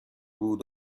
بود